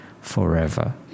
forever